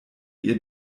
ihr